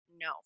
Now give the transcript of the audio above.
no